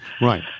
Right